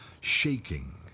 shaking